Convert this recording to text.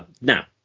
Now